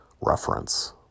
reference